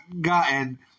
gotten